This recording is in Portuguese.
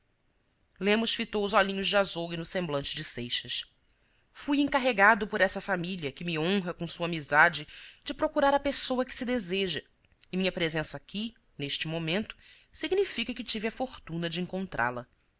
ricaços lemos fitou os olhinhos de azougue no semblante de seixas fui encarregado por essa família que me honra com sua amizade de procurar a pessoa que se deseja e minha presença aqui neste momento significa que tive a fortuna de encon trá la